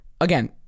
Again